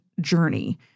journey